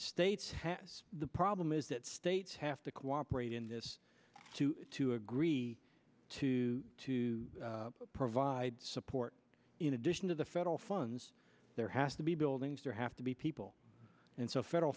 states has the problem is that states have to cooperate in this to agree to to provide support in addition to the federal funds there has to be buildings there have to be people and so federal